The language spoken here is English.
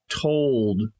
told